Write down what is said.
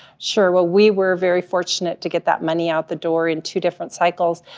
sure, well, we were very fortunate to get that money out the door in two different cycles.